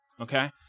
Okay